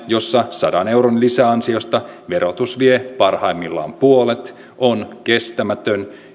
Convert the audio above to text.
jossa sadan euron lisäansiosta verotus vie parhaimmillaan puolet on kestämätön